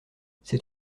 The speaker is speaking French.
c’est